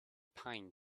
pine